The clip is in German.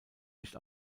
nicht